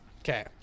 Okay